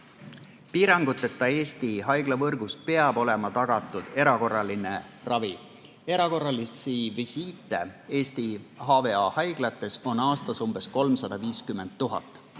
Piiranguteta Eesti haiglavõrgus peab olema tagatud erakorraline ravi. Erakorralisi visiite on Eesti HVA haiglates aastas umbes 350 000.